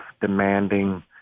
demanding